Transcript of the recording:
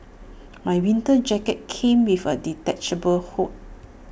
my winter jacket came with A detachable hood